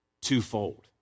twofold